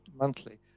monthly